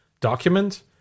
document